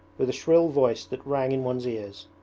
with a shrill voice that rang in one's ears.